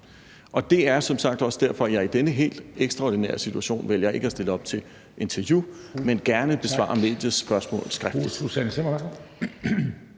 Og det er som sagt også derfor, at jeg i denne helt ekstraordinære situation vælger ikke at stille op til interview, men gerne besvarer mediets spørgsmål skriftligt.